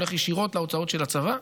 זה הולך ישירות להוצאות של הצבא,